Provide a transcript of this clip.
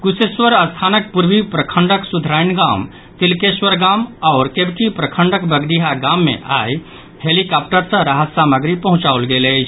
कुशेश्वर स्थानक पूर्वी प्रखंडक सुधराईन गाम तिलकेश्वर गाम आओर केवटी प्रखंडक बगडीहा गाम मे आई हेलिकॉप्टर सँ राहत सामग्री पहुंचाओल गेल अछि